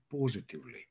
positively